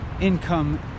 income